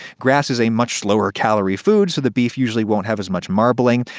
grass is a much lower-calorie food, so the beef usually won't have as much marbling.